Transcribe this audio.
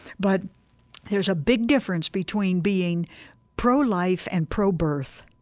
but there's a big difference between being pro-life and pro-birth.